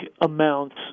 amounts